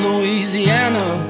Louisiana